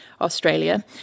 Australia